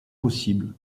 possibles